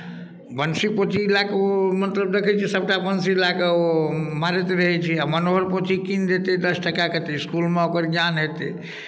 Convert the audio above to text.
बंसी पोथी लए कऽ ओ मतलब देखै छियै जे सभटा बंसी लए कऽ ओ मारैत रहै छै आ मनोहर पोथी कीन देतै दस टाकाके तऽ इस्कुलमे ओकर ज्ञान हेतै